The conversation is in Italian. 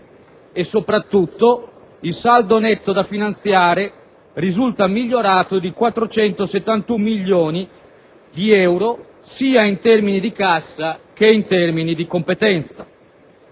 e, soprattutto, il saldo netto da finanziare risulta migliorato di 471 milioni di euro, in termini sia di cassa che di competenza.